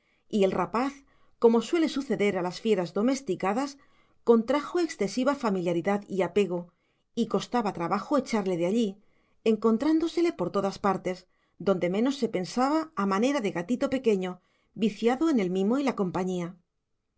y el rapaz como suele suceder a las fieras domesticadas contrajo excesiva familiaridad y apego y costaba trabajo echarle de allí encontrándosele por todas partes donde menos se pensaba a manera de gatito pequeño viciado en el mimo y la compañía